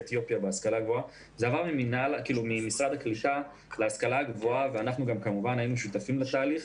אתיופיה ממשרד הקליטה להשכלה הגבוהה ואנחנו היינו שותפים לתהליך.